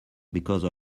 because